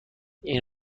این